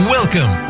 Welcome